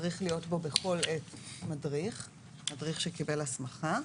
צריך להיות בו בכל עת מדריך שקיבל הסמכה,